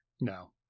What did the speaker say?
no